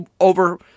over